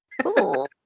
cool